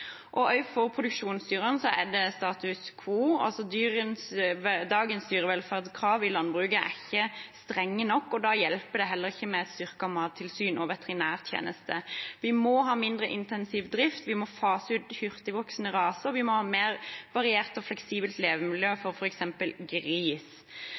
og også for produksjonsdyrene er det status quo. Dagens dyrevelferdskrav i landbruket er ikke strenge nok, og da hjelper det ikke med styrket mattilsyn og veterinærtjeneste. Vi må ha mindre intensiv drift, vi må fase ut hurtigvoksende raser, og vi må ha et mer variert og fleksibelt levemiljø